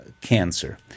cancer